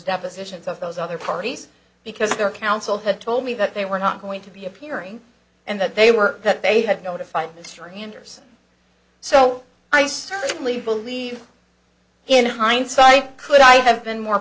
depositions of those other parties because their counsel had told me that they were not going to be appearing and that they were that they had notified the distributors so i certainly believe in hindsight could i have been more